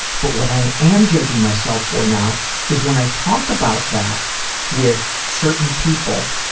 but what i am judging myself for now is when i talk about that with certain people,